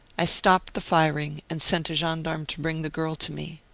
i stopped the firing and sent a gendarme to bring the girl to me.